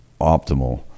optimal